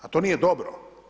A to nije dobro.